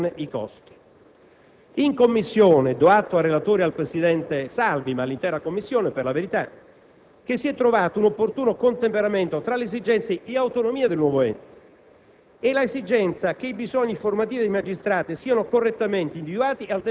con alcune semplificazioni organizzative dovute alla necessità soprattutto di comprimerne i costi. In Commissione - ne do atto al relatore e al presidente Salvi, ma all'intera Commissione, per la verità - si è trovato un opportuno contemperamento tra le esigenze di autonomia del nuovo ente